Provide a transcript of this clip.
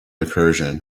recursion